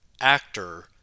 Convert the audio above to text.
actor